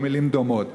או במילים דומות,